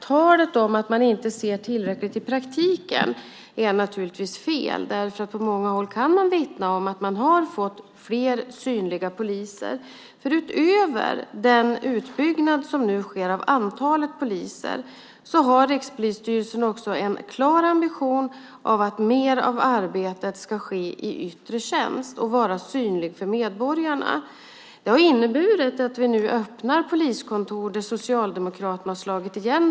Talet om att man inte ser tillräckligt till praktiken är naturligtvis fel. På många håll vittnas det om att det har blivit fler synliga poliser. Utöver den utbyggnad som nu sker av antalet poliser har Rikspolisstyrelsen också en klar ambition att mer av arbetet ska ske i yttre tjänst och vara synligt för medborgarna. Det har inneburit att vi nu öppnar poliskontor som Socialdemokraterna har slagit igen.